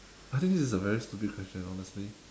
I think this is a very stupid question honestly